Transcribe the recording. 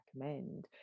recommend